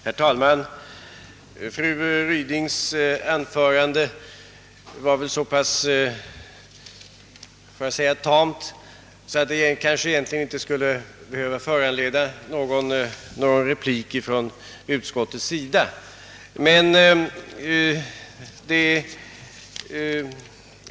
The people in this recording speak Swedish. Herr talman! Fru Rydings anförande var så pass tamt att det egentligen inte skulle behöva föranleda någon replik från utskottet.